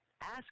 ask